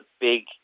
big